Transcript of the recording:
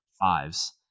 Fives